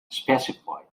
specified